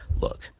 look